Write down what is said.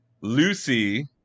lucy